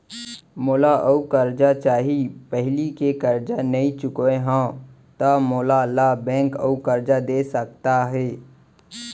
मोला अऊ करजा चाही पहिली के करजा नई चुकोय हव त मोल ला बैंक अऊ करजा दे सकता हे?